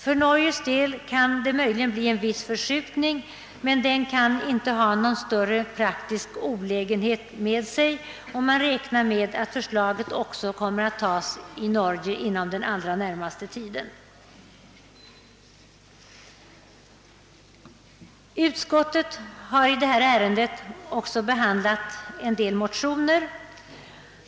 För Norges del kan det möjligen bli en viss förskjutning, men den kan inte medföra några större praktiska olägenheter, då man räknar med att förslaget också kommer att antas i Norge i en nära framtid. Utskottet har i detta ärende också behandlat en del motioner.